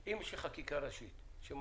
אם יש לי חקיקה ראשית שמסמיכה